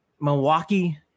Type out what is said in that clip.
Milwaukee